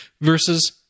versus